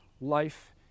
life